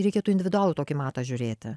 reikėtų individualų tokį matą žiūrėti